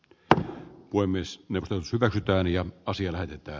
että voi myös rakentaen ja osien hävittää